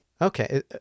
Okay